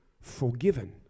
forgiven